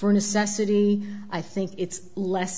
for necessity i think it's less